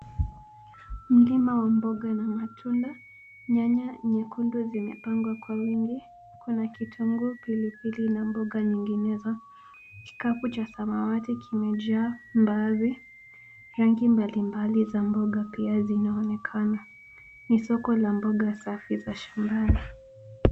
Mlima wa mboga na matunda. Nyanya nyekundu zimepangwa kwa wingi. Kuna kitunguu, pilipili na mboga nyinginezo. Kikapu cha samawati kimejaa mbaazi, rangi mbalimbali za mboga pia ziinaonekana. Ni soko la mboga safi za shambani.